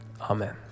amen